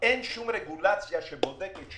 אין שום רגולציה שבודקת,